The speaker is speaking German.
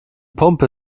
pumpe